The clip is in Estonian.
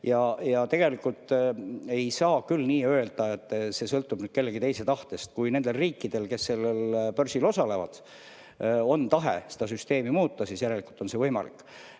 Tegelikult ei saa küll nii öelda, et see sõltub kellegi teise tahtest. Kui nendel riikidel, kes sellel börsil osalevad, on tahe seda süsteemi muuta, siis järelikult on see võimalik.